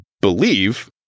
believe